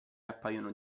appaiono